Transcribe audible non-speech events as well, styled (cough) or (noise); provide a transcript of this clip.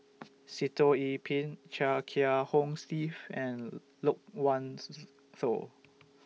Sitoh Yih Pin Chia Kiah Hong Steve and Loke Wan (noise) Tho